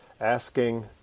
asking